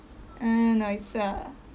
uh no it's uh